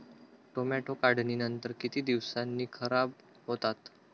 Tomato काढणीनंतर किती दिवसांनी खराब होतात?